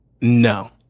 No